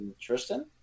Tristan